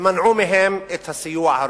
ומנעו מהם את הסיוע הרפואי.